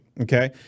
okay